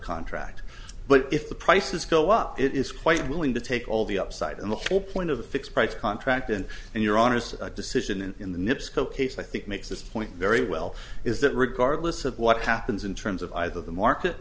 contract but if the prices go up it is quite willing to take all the upside and the whole point of a fixed price contract in and your owner's decision and in the nips co case i think makes this point very well is that regardless of what happens in terms of either the market